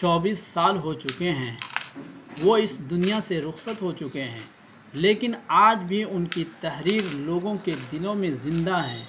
چوبیس سال ہو چکے ہیں وہ اس دنیا سے رخصت ہو چکے ہیں لیکن آج بھی ان کی تحریر لوگوں کے دلوں میں زندہ ہیں